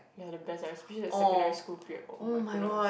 you are the best like I split in the secondary school period oh my goodness